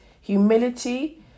humility